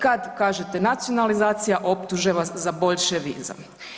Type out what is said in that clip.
Kad kažete nacionalizacija, optuže vas za boljševizam.